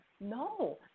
no